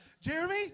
Jeremy